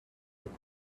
with